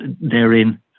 therein